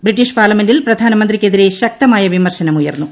British പാർലമെന്റിൽ പ്രധാനമന്ത്രിയ്ക്കെതിരെ ശക്തമായ വിമർശനം ഉയർന്നു